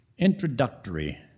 introductory